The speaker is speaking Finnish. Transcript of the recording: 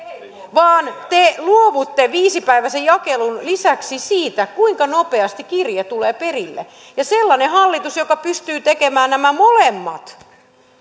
vaan te luovutte viisipäiväisen jakelun lisäksi siitä kuinka nopeasti kirje tulee perille ja sellainen hallitus joka pystyy tekemään nämä molemmat